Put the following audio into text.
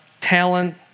talent